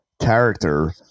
character